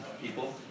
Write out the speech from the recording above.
people